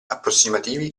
approssimativi